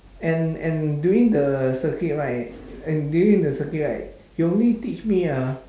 and and during the circuit right and during the circuit right he only teach me ah